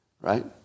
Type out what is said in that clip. right